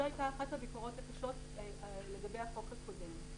זו הייתה אחת הביקורות הקשות לגבי החוק הקודם,